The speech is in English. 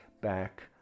back